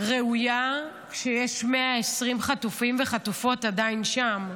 ראויה כשיש 120 חטופים וחטופות עדיין שם.